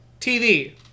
TV